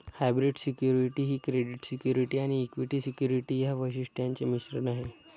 hybrid security ही credit security आणि equity security या वैशिष्ट्यांचे मिश्रण आहे